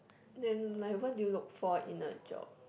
then like what do you look for in a job